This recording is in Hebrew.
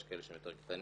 יש כאלה שהם יותר קטנים,